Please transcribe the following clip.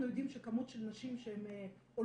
אנחנו יודעים שכמות הנשים שעולות,